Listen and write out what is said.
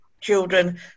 children